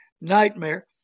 nightmare